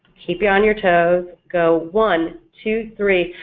keep you on your toes, go one, two, three,